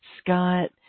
Scott